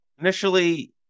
Initially